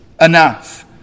enough